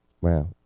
wow